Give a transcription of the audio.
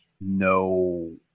no